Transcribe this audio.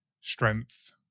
strength